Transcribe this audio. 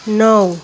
नौ